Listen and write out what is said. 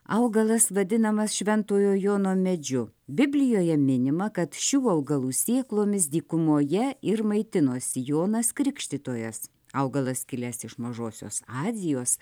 augalas vadinamas šventojo jono medžiu biblijoje minima kad šių augalų sėklomis dykumoje ir maitinosi jonas krikštytojas augalas kilęs iš mažosios azijos